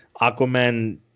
Aquaman